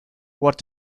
what